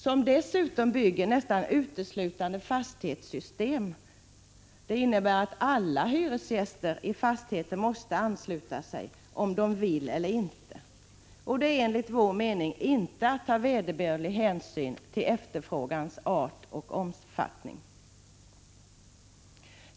Televerket bygger dessutom nästan uteslutande fastighetssystem. Det innebär att alla hyresgäster i fastigheten måste ansluta sig, oavsett om de vill eller inte. Det är inte att ta vederbörlig hänsyn till efterfrågans art och omfattning.